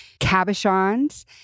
cabochons